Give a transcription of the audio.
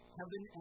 heaven